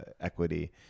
equity